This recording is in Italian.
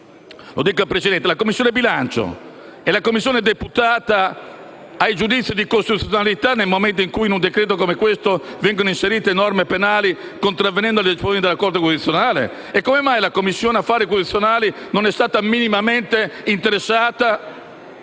bilancio? Ma la Commissione bilancio - mi rivolgo al Presidente - è deputata ai giudizi di costituzionalità, nel momento in cui, in un decreto-legge come questo, vengono inserite norme penali, contravvenendo alle disposizioni della Corte costituzionale? E come mai la Commissione affari costituzionali non è stata minimamente interessata